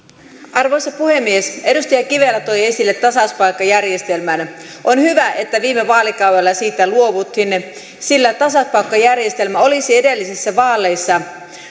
arvoisa puhemies edustaja kivelä toi esille tasauspaikkajärjestelmän on hyvä että viime vaalikaudella siitä luovuttiin sillä tasauspaikkajärjestelmä olisi edellisissä vaaleissa